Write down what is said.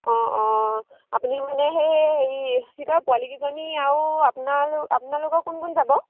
অঁ অঁ আপুনি মানে সেই হেৰি কি কয় পোৱালীকেইজনী আৰু আপোনালোক আপোনালোকৰ কোন কোন যাব